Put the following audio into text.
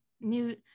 new